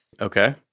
Okay